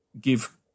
give